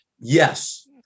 Yes